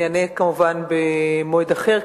אני אענה כמובן במועד אחר,